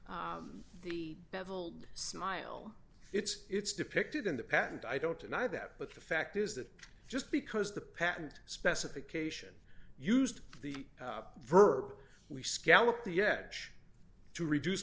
the beveled smile it's it's depicted in the patent i don't deny that but the fact is that just because the patent specification used the verb we scallop the edge to reduce